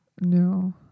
No